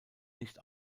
nicht